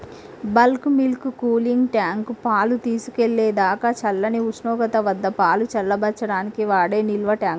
bulk milk cooling tank, పాలు తీసుకెళ్ళేదాకా చల్లని ఉష్ణోగ్రత వద్దపాలు చల్లబర్చడానికి వాడే నిల్వట్యాంక్